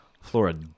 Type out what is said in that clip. Florida